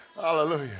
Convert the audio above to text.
Hallelujah